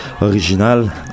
original